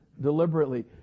deliberately